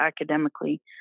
academically